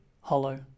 hollow